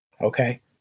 okay